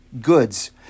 goods